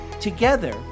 Together